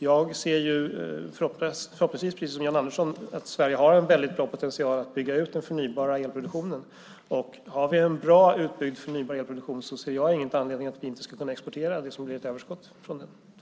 Jag ser, förhoppningsvis precis som Jan Andersson, att Sverige har en väldigt bra potential att bygga ut den förnybara elproduktionen. Om vi har en bra utbyggd förnybar elproduktion ser jag ingen anledning att vi inte skulle kunna exportera överskottet.